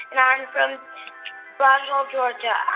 and i'm from braswell, ga.